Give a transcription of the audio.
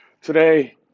Today